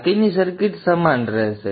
બાકીની સર્કિટ સમાન રહેશે